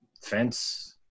fence